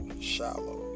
shallow